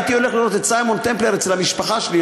הייתי הולך לראות את סיימון טמפלר אצל המשפחה שלי,